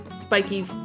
spiky